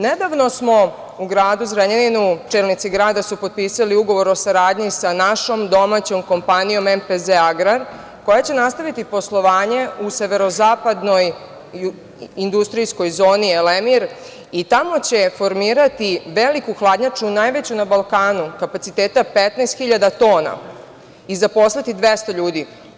Nedavno smo u gradu Zrenjaninu, čelnici grada su potpisali Ugovor o saradnji sa našom domaćom kompanijom MPZ „Agrar“ koja će nastaviti poslovanje u severozapadnoj industrijskoj zoni Elemir i tamo će formirati veliku hladnjaču, najveću na Balkanu, kapaciteta 15.000 tona i zaposliti 200 ljudi.